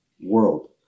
world